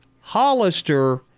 Hollister